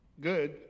good